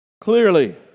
clearly